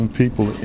people